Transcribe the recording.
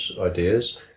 ideas